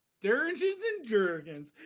dergeons and jergons!